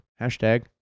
Hashtag